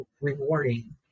rewarding